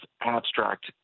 abstract